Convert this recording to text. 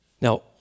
Now